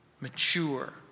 mature